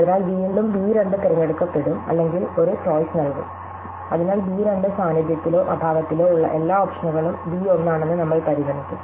അതിനാൽ വീണ്ടും ബി 2 തിരഞ്ഞെടുക്കപ്പെടും അല്ലെങ്കിൽ ഒരു ചോയ്സ് നൽകും അതിനാൽ ബി 2 സാന്നിധ്യത്തിലോ അഭാവത്തിലോ ഉള്ള എല്ലാ ഓപ്ഷനുകളും ബി 1 ആണെന്ന് നമ്മൾ പരിഗണിക്കും